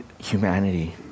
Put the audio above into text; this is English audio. humanity